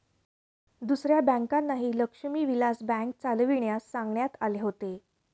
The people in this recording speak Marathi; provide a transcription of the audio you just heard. दुसऱ्या बँकांनाही लक्ष्मी विलास बँक चालविण्यास सांगण्यात आले होते